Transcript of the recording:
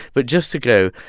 but just to go,